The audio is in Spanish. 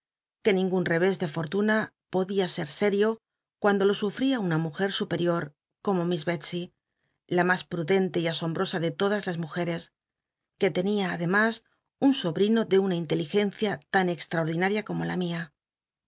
que ningun revés de ro tuna podía ser serio cuando lo detsey la mas pl'lldelltc y asomlll'osa de todas las mujeres n qne tenia a lemas nn sobl'ino de una inteligencia tan extraodinaria corno la mia